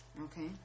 Okay